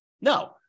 No